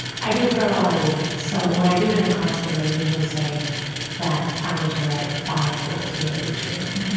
i do it for a lot of reasons. so when i do it it in a classroom, i usually say that i want you to write five things you know to be true,